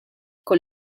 con